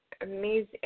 amazing